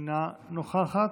אינה נוכחת,